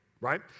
right